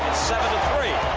seven three.